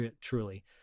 truly